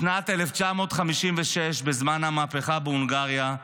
בשנת 1956, בזמן המהפכה בהונגריה,